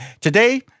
Today